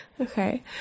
Okay